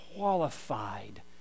qualified